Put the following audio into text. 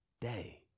day